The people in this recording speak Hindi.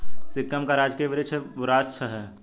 सिक्किम का राजकीय वृक्ष बुरांश है